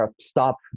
stop